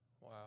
Wow